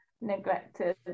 neglected